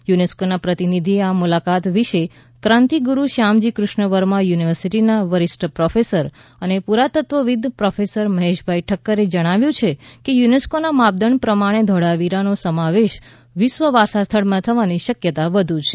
યુનેસ્કોના પ્રતિનિધિ એ આ મુલાકાત વિષે ક્રાંતિગુરૂ શ્યામજી ક્રુષ્ણ વર્મા યુનિવર્સિટીના વરીષ્ઠ પ્રોફેસર અને પુરાતત્વવિદ પ્રોફેસર મહેશભાઈ ઠક્કરે જણાવ્યુ છે કે યુનેસ્કોના માપદંડ પ્રમાણે ધોળાવીરાનો સમાવેશ વિશ્વ વારસા સ્થળમાં થવાની શક્યતા વધુ છે